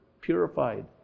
purified